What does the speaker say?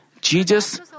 Jesus